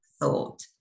thought